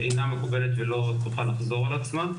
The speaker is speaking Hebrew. אינה מקובלת ולא תוכל לחזור על עצמה.